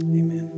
amen